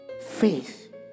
faith